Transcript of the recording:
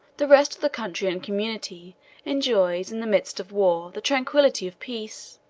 the rest of the country and community enjoys in the midst of war the tranquillity of peace,